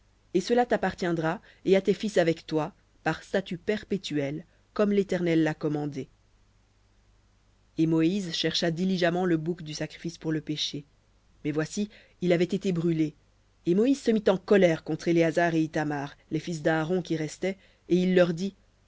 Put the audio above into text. et cela t'appartiendra et à tes fils avec toi par statut perpétuel comme l'éternel l'a commandé et moïse chercha diligemment le bouc du sacrifice pour le péché mais voici il avait été brûlé et se mit en colère contre éléazar et ithamar les fils d'aaron qui restaient et il dit